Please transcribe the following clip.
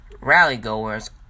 Rally-goers